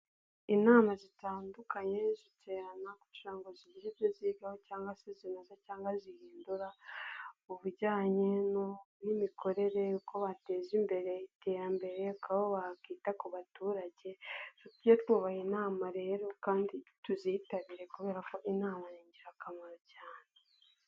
Inama zitandukanye ziterana kugira ngo zigire ibyo zigaho cyangwa se zinoze cyangwa zihindura, mubijyanye n'imikorere, uko bateza imbere iterambere, uko bakwita ku baturage, tujye twubaha inama rero kandi tuziyitabire kubera ko inama ni ingirakamaro cyane.